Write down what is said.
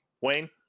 wayne